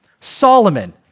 Solomon